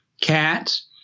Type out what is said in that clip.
cats